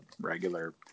regular